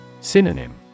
Synonym